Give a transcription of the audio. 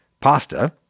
pasta